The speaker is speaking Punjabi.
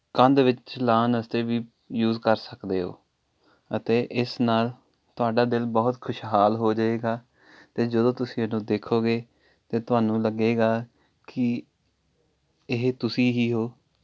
ਕੰਧ ਵਿੱਚ ਲਾਣ ਵਾਸਤੇ ਵੀ ਯੂਜ ਕਰ ਸਕਦੇ ਹੋ ਅਤੇ ਇਸ ਨਾਲ ਤੁਹਾਡਾ ਦਿਲ ਬਹੁਤ ਖੁਸ਼ਹਾਲ ਹੋ ਜਾਏਗਾ ਅਤੇ ਜਦੋਂ ਤੁਸੀਂ ਇਹਨੂੰ ਦੇਖੋਗੇ ਅਤੇ ਤੁਹਾਨੂੰ ਲੱਗੇਗਾ ਕਿ ਇਹ ਤੁਸੀਂ ਹੀ ਹੋ